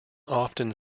often